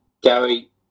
Gary